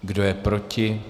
Kdo je proti?